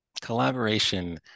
collaboration